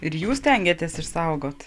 ir jūs stengiatės išsaugot